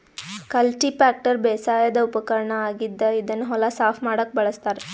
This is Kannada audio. ಕಲ್ಟಿಪ್ಯಾಕರ್ ಬೇಸಾಯದ್ ಉಪಕರ್ಣ್ ಆಗಿದ್ದ್ ಇದನ್ನ್ ಹೊಲ ಸಾಫ್ ಮಾಡಕ್ಕ್ ಬಳಸ್ತಾರ್